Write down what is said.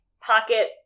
pocket